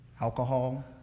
alcohol